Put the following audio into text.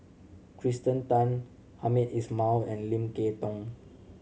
Kirsten Tan Hamed Ismail and Lim Kay Tong